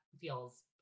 feels